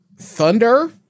Thunder